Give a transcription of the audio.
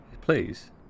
please